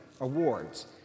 awards